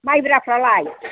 मायब्रा फ्रालाय